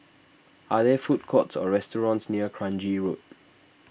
are there food courts or restaurants near Kranji Road